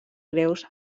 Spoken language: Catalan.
creus